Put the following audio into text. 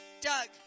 Doug